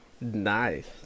nice